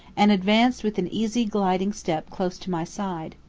and advanced with an easy gliding step close to my side.